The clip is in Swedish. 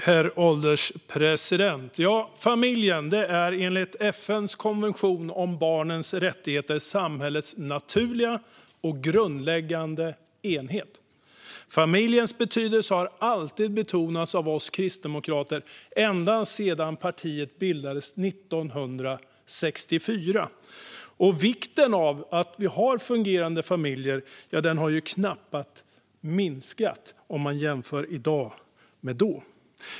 Herr ålderspresident! Enligt FN:s konvention om barnens rättigheter är familjen samhällets naturliga och grundläggande enhet. Familjens betydelse har alltid betonats av oss kristdemokrater ända sedan partiet bildades 1964, och vikten av fungerande familjer är knappast mindre i dag.